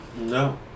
No